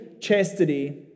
chastity